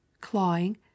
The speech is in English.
clawing